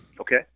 Okay